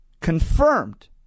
confirmed